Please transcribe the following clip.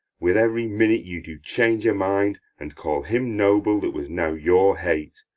with every minute you do change a mind and call him noble that was now your hate,